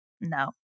no